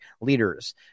Leaders